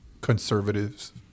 conservatives